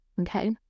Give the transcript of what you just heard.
okay